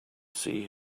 sea